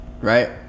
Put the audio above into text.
Right